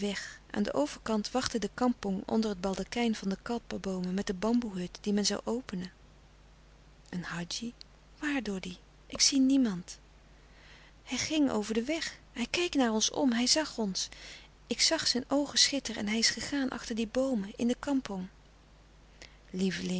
aan den overkant wachtte de kampong onder het baldakijn van de klapperboomen met de bamboehut die men zoû openen een hadji waar doddy ik zie niemand hij ging over den weg hij keek naar ons om hij zag ons ik zag zijn oogen schitteren en hij is gegaan achter die boomen in de kampong lieveling